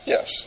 Yes